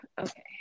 okay